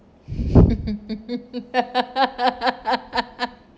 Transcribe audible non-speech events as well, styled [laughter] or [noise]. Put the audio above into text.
[laughs]